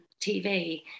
TV